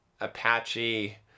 Apache